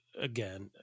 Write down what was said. again